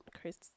Chris